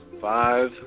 Five